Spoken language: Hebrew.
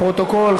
לפרוטוקול,